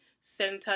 center